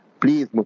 please